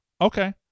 Okay